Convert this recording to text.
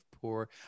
poor